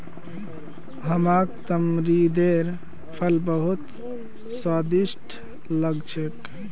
हमाक तमरिंदेर फल बहुत स्वादिष्ट लाग छेक